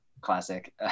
Classic